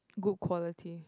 good quality